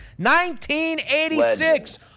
1986